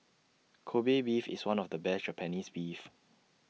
Kobe Beef is one of the best Japanese Beef